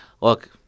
look